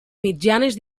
mitjanes